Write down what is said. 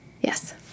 Yes